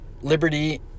Liberty